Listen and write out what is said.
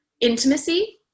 intimacy